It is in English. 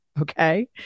okay